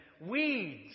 weeds